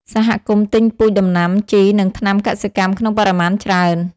សហគមន៍ទិញពូជដំណាំ ជី និងថ្នាំកសិកម្មក្នុងបរិមាណច្រើន។